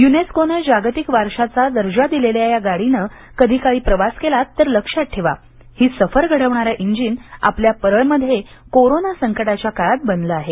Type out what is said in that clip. यूनेस्कोनं जागतिक वारशाचा दर्जा दिलेल्या या गाडीनं कधी काळी प्रवास केलात तर लक्षात ठेवा ही सफर घडवणारं इंजिन आपल्या परळमध्ये कोरोना संकटाच्या काळात बनलं आहे